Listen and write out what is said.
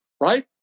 Right